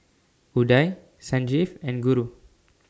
Udai Sanjeev and Guru